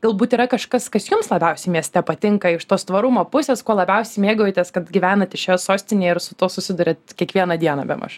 galbūt yra kažkas kas jums labiausiai mieste patinka iš tos tvarumo pusės kuo labiausiai mėgaujatės kad gyvenate šioje sostinėje ir su tuo susiduriat kiekvieną dieną bemaž